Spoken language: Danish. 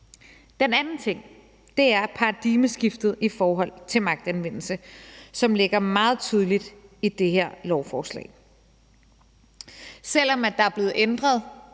Den anden ting er paradigmeskiftet i forhold til magtanvendelse, som ligger meget tydeligt i det her lovforslag. Selv om der er blevet ændret